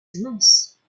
semences